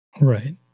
Right